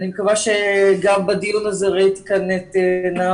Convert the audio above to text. ראיתי בדיון הזה את נעמה.